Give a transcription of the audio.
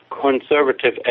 conservative